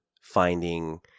finding